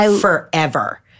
forever